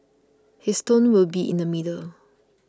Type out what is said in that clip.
his tone will be in the middle